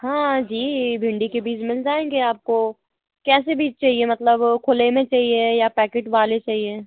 हाँ जी भिंडी के बीज मिल जाएँगे आपको कैसे बीज चाहिए मतलब वो खुले में चाहिए या पैकेट वाले चाहिए